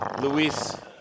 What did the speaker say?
Luis